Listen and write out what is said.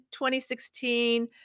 2016